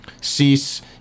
Cease